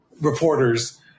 reporters